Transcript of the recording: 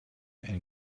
and